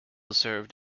served